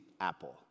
apple